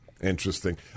Interesting